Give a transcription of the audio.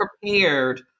prepared